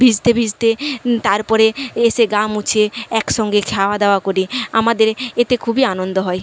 ভিজতে ভিজতে তারপরে এসে গা মুছে একসঙ্গে খাওয়া দাওয়া করি আমাদের এতে খুবই আনন্দ হয়